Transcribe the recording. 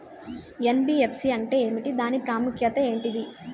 NBFC అంటే ఏమిటి దాని ప్రాముఖ్యత ఏంటిది?